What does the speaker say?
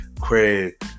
Craig